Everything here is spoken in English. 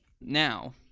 now